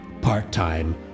part-time